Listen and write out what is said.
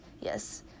Yes